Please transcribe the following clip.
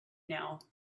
now